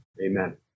Amen